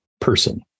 person